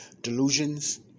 Delusions